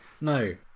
no